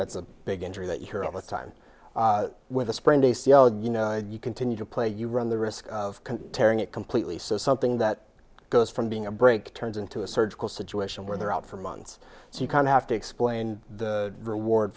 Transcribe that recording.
that's a big injury that you hear all the time with a spring d c l you know you continue to play you run the risk of tearing it completely so something that goes from being a break turns into a surgical situation where they're out for months so you can have to explain the reward